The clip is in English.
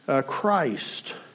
Christ